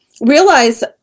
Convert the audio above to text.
realize